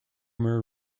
khmer